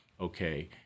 Okay